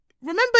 remember